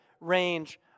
Range